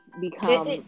become